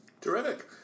Terrific